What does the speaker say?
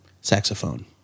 Saxophone